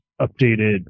updated